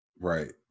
Right